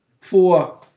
Four